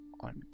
on